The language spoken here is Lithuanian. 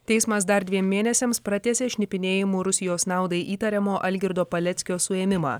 teismas dar dviem mėnesiams pratęsė šnipinėjimu rusijos naudai įtariamo algirdo paleckio suėmimą